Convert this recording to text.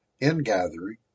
ingathering